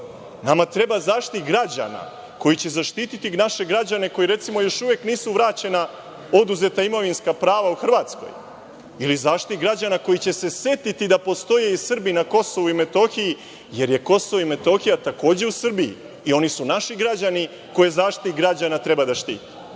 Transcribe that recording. Nama treba Zaštitnik građana koji će zaštiti naše građane kojima, recimo, još uvek nisu vraćena oduzeta imovinska prava u Hrvatskoj, ili Zaštitnik građana koji će se setiti da postoje Srbi na Kosovu i Metohiji, jer je Kosovo i Metohija takođe u Srbiji i oni su naši građani koje Zaštitnik građana treba da štiti. Ili,